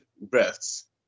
breaths